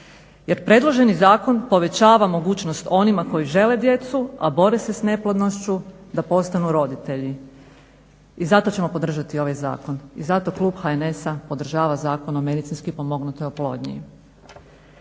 jer predloženi zakon povećava mogućnost onima koji žele djecu, a bore se s neplodnošću da postanu roditelji i zato ćemo podržati ovaj zakon i zato klub HNS-a podržava Zakon o medicinski pomognutoj oplodnji.